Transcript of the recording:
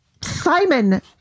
Simon